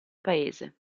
paese